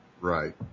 Right